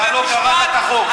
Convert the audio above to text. אתה לא קראת את החוק.